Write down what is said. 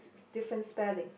different spelling